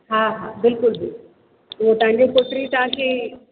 हा हा बिल्कुलु बिल्कुलु उहो तव्हांजे पुटु ई तव्हांखे